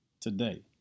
Today